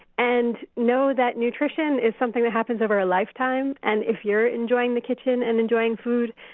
and know that nutrition is something that happens over a lifetime. and if you're enjoying the kitchen and enjoying food,